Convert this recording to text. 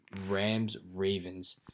Rams-Ravens